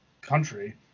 country